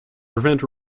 prevent